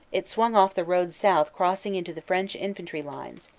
it swung off the road south crossing into the french infantry lines,